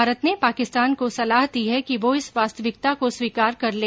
भारत ने पाकिस्तान को सलाह दी है कि वह इस वास्तविकता को स्वीकार कर ले